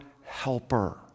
helper